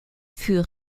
fut